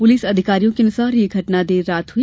police अधिकारियों के अनुसार यह घटना देर रात हुई